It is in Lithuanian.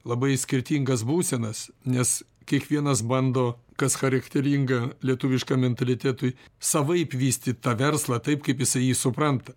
labai skirtingas būsenas nes kiekvienas bando kas charakteringa lietuviškam mentalitetui savaip vystyt tą verslą taip kaip jisai jį supranta